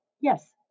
yes